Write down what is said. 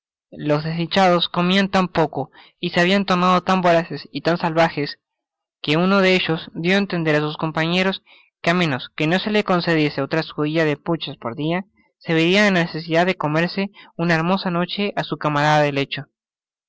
los desdichados comian tan poco y se habian tornado tan voraces y tan salvages que uno de ellos dio á entender á sus compañeros que á menos que no se le concediese otra escudilla de puches por dia se voria en la necesidad de comerse una hermosa noche á su camarada de lecho